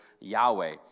Yahweh